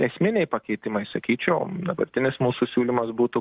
esminiai pakeitimai sakyčiau dabartinis mūsų siūlymas būtų